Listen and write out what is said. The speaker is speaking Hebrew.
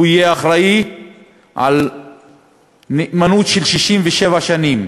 הוא יהיה אחראי לנאמנות של 67 שנים,